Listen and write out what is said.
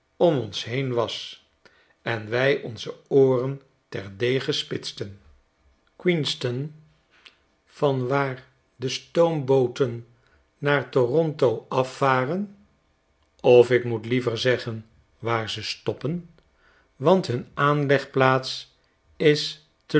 om ons heen was en wy onze ooren terdege spitsten canada tegenover de vereenigde staten ill queenston van waar de stoombooten naar toronto afvaren of ik moest liever zeggen waar ze stoppen want hun aanlegplaats is